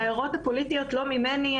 ההערות הפוליטיות לא ממני.